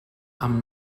amb